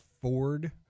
Ford